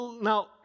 Now